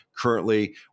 currently